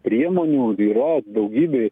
priemonių yra daugybė